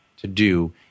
to-do